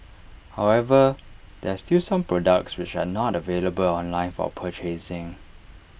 however there are still some products which are not available online for purchasing